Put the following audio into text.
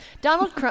Donald